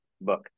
book